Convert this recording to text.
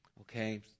okay